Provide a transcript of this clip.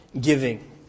giving